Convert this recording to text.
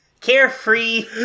carefree